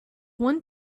one